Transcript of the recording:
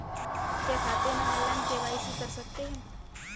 क्या खाते में ऑनलाइन के.वाई.सी कर सकते हैं?